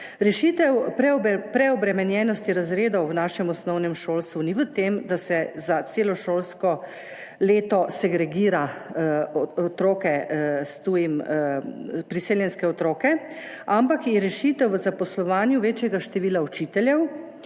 Rešitev preobremenjenosti razredov v našem osnovnem šolstvu ni v tem, da se za celo šolsko leto segregira priseljenske otroke, ampak je rešitev v zaposlovanju večjega števila učiteljev,